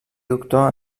doctor